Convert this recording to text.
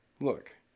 Look